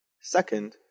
Second